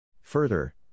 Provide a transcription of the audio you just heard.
Further